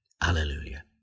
hallelujah